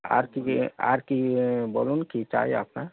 আর কী কী আর কী বলুন কী চাই আপনার